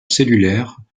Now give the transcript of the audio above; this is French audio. cellulaire